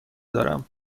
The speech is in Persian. دارم